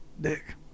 dick